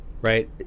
right